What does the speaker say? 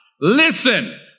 listen